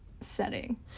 setting